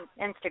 Instagram